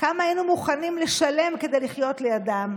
כמה היינו מוכנים לשלם כדי לחיות לידם.